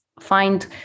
find